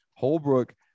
Holbrook